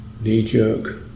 knee-jerk